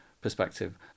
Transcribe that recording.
perspective